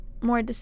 more